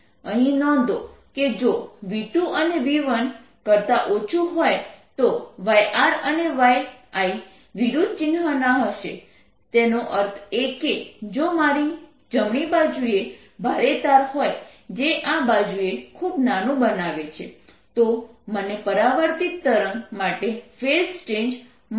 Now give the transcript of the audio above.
અહીં નોંધો કે જો v2 એ v1 કરતાં ઓછું હોય તો yR અને yI વિરુદ્ધ ચિન્હ ના હશે તેનો અર્થ એ કે જો મારી જમણી બાજુએ ભારે તાર હોય જે આ બાજુને ખૂબ નાનું બનાવે છે તો મને પરાવર્તિત તરંગ માટે ફેઝ ચેન્જ મળશે